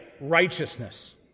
righteousness